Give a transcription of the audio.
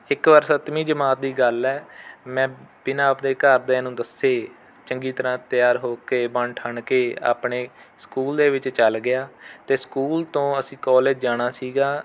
ਇੱਕ ਵਾਰ ਸੱਤਵੀਂ ਜਮਾਤ ਦੀ ਗੱਲ ਹੈ ਮੈਂ ਬਿਨਾਂ ਆਪਦੇ ਘਰਦਿਆਂ ਨੂੰ ਦੱਸੇ ਚੰਗੀ ਤਰ੍ਹਾਂ ਤਿਆਰ ਹੋ ਕੇ ਬਣ ਠਣ ਕੇ ਆਪਣੇ ਸਕੂਲ ਦੇ ਵਿੱਚ ਚਲਾ ਗਿਆ ਅਤੇ ਸਕੂਲ ਤੋਂ ਅਸੀਂ ਕੋਲਜ ਜਾਣਾ ਸੀਗਾ